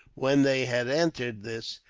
when they had entered this,